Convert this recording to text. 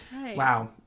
Wow